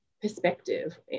perspective